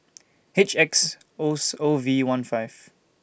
H X O O V one five